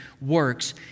works